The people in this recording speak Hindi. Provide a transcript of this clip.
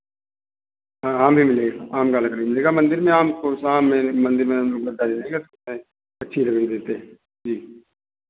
हाँ आम भी मिलेगा आम का लकड़ी मिलेगा मंदिर में आम को आम में मन्दिर में आम लगता है ठीक है लगता है अच्छी लकड़ी देते हैं जी